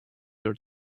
your